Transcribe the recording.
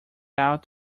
out